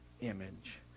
image